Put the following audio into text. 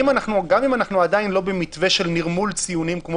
גם אם אנחנו עדיין לא במתווה של נרמול ציונים כמו